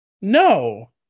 No